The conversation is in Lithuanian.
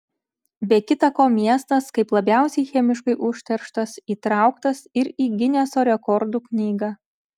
be kitą ko miestas kaip labiausiai chemiškai užterštas įtraukas ir į gineso rekordų knygą